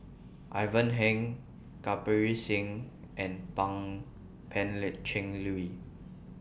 Ivan Heng Kirpal Singh and Pan Cheng Lui